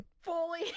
Fully